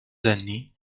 années